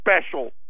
special